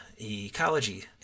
Ecology